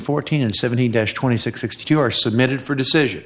fourteen and seventy dash twenty six sixty two are submitted for decision